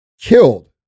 killed